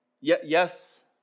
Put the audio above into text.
Yes